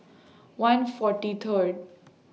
one forty Third